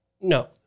No